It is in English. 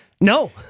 No